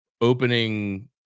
opening